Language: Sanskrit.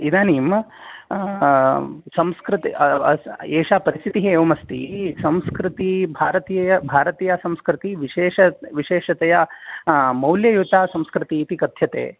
इदानीं संस्कृत् एषा परिस्थितिः एवमस्ति संस्कृतिः भारतीय भारतीयासंस्कृतिः विशेष विशेषतया मौल्ययुतासंस्कृतिः इति कथ्यते